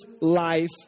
life